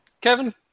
Kevin